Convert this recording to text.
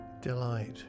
delight